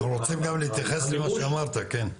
אנחנו רוצים גם להתייחס למה שאמרת כן.